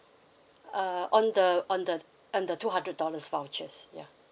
uh on the on the on the two hundred dollars vouchers ya